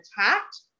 attacked